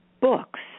books